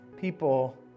people